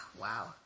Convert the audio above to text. wow